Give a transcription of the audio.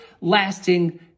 lasting